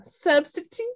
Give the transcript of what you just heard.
Substitute